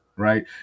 Right